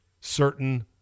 certain